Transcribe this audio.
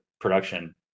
production